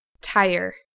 Tire